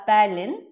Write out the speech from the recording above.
Berlin